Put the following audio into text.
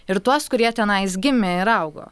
ir tuos kurie tenais gimė ir augo